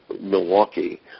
Milwaukee